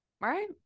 Right